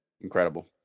Incredible